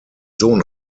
sohn